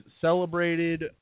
celebrated